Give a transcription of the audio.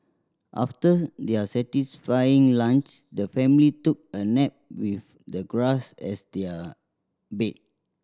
after their satisfying lunch the family took a nap with the grass as their bed